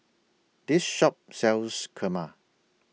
This Shop sells Kurma